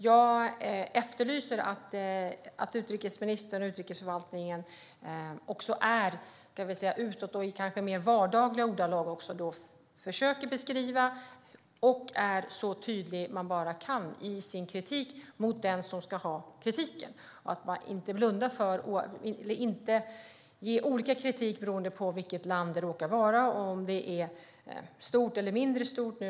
Jag efterlyser dock att utrikesministern och utrikesförvaltningen utåt och i mer vardagliga ordalag försöker beskriva och är så tydliga de bara kan i sin kritik mot dem som ska ha kritik och att de inte ger olika kritik beroende på vilket land det råkar vara eller om det är stort eller mindre stort.